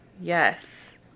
Yes